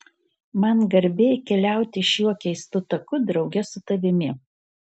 man garbė keliauti šiuo keistu taku drauge su tavimi